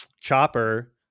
Chopper